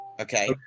Okay